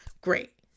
Great